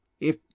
If